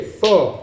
four